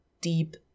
deep